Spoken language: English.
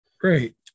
Great